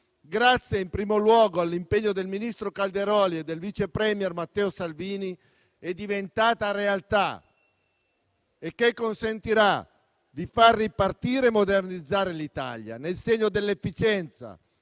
grazie in primo luogo all'impegno del ministro Calderoli e del vice *premier* Matteo Salvini, è diventata realtà e consentirà di far ripartire e modernizzare l'Italia, nel segno dell'efficienza,